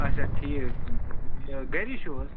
اچھا ٹھیٖک گَری چھو حظ